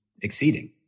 exceeding